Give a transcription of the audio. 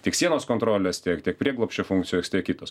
tiek sienos kontrolės tiek tiek prieglobsčio funkcijos tiek kitos